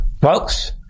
folks